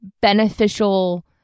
beneficial